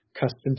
custom